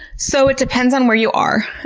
so it depends on where you are.